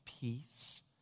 peace